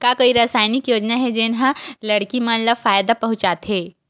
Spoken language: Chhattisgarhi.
का कोई समाजिक योजना हे, जेन हा लड़की मन ला फायदा पहुंचाथे?